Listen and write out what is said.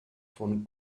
von